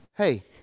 Hey